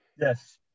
Yes